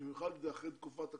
במיוחד אחרי תקופת הקורונה.